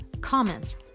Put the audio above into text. comments